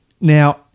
Now